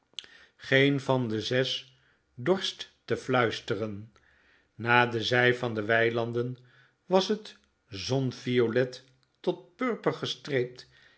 geen van de zes dorst te fluistren naar de zij van de weilanden was t zonviolet tot purper gestreep